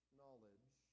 knowledge